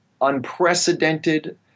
unprecedented